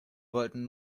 wollten